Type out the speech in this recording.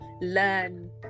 learn